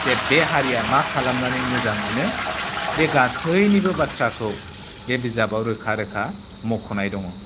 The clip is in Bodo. जे बे हारिया मा खालामनानै मोजां मोनो बे गासैनिबो बाथ्राखौ बे बिजाबाव रोखा रोखा मख'नाय दङ